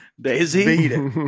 Daisy